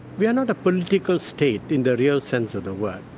we are not a political state in the real sense of the word,